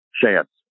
chance